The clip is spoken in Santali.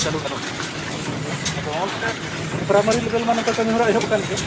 ᱪᱟᱹᱞᱩ ᱜᱟᱱᱚᱜ ᱠᱟᱱᱟ ᱟᱫᱚ ᱱᱚᱝᱠᱟ ᱜᱮ ᱯᱨᱟᱭ ᱢᱟᱹᱨᱤ ᱞᱮᱵᱮᱞ ᱢᱟ ᱱᱚᱝᱠᱟ ᱠᱟᱹᱢᱤ ᱦᱚᱨᱟ ᱮᱦᱚᱵ ᱟᱠᱟᱱ ᱜᱮ